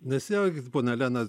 nesijaudinkit ponia elena